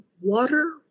water